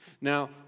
Now